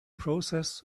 process